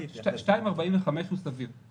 2.45% זה סביר.